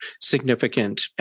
significant